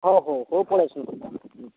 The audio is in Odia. ଅ ହୋ ହେଉ ପଳାଇ ଆସନ୍ତୁ ହୁଁ